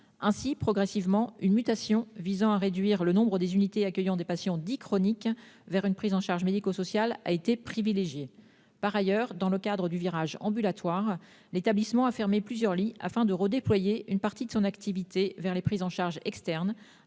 Aussi, progressivement, une évolution visant à réduire le nombre des unités accueillant des malades dits « chroniques » et à orienter ceux-ci vers une prise en charge médico-sociale a été privilégiée. Par ailleurs, dans le cadre du « virage ambulatoire », l'établissement a fermé plusieurs lits, afin de redéployer une partie de son activité vers des prises en charge externes,